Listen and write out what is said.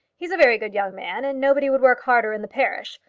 he's a very good young man, and nobody would work harder in the parish.